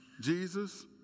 Jesus